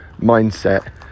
mindset